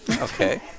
Okay